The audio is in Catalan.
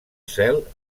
cel